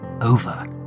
over